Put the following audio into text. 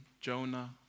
Jonah